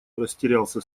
растерялся